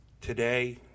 today